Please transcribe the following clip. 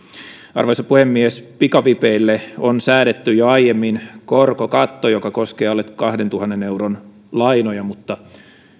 arvoisa puhemies pikavipeille on säädetty jo aiemmin korkokatto joka koskee alle kahdentuhannen euron lainoja mutta